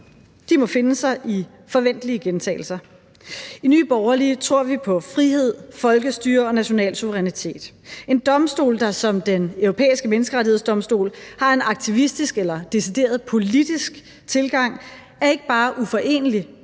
De må finde sig i forventelige gentagelser. I Nye Borgerlige tror vi på frihed, folkestyre og national suverænitet. En domstol, der som Den Europæiske Menneskerettighedsdomstol har en aktivistisk eller decideret politisk tilgang, er ikke bare uforenelig